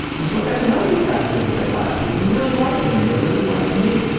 and so i got to know these guys a little bit last week and really liked them and they really liked me.